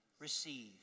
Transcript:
Receive